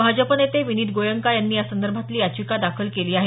भाजप नेते विनीत गोयंका यांनी यासंदर्भातली याचिका दाखल केली आहे